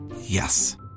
yes